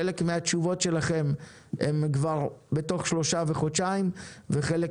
חלק מהתשובות שלכם כבר תוך חודשיים ושלושה